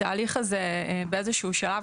התהליך הזה באיזה שהוא שלב,